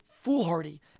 foolhardy